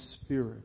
spirit